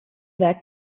werk